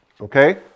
okay